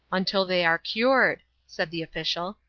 until they are cured, said the official.